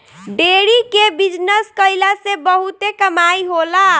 dairy के business कईला से बहुते कमाई होला